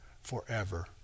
forever